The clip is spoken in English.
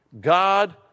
God